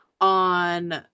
on